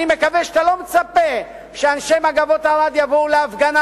אני מקווה שאתה לא מצפה שאנשי "מגבות ערד" יבואו להפגנה